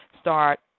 start